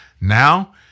Now